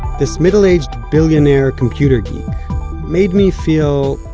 this middle-aged billionaire computer geek made me feel,